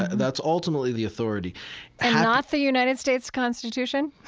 and that's ultimately the authority and not the united states constitution?